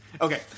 Okay